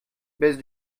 baisse